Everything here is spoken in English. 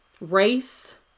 race